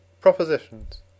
Propositions